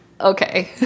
okay